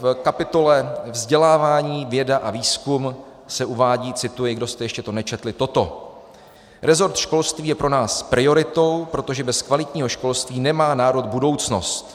V kapitole Vzdělávání, věda a výzkum se uvádí, cituji, kdo jste to ještě nečetli, toto: Resort školství je pro nás prioritou, protože bez kvalitního školství nemá národ budoucnost.